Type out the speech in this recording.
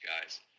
guys